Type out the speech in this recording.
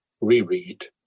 reread